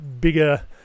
bigger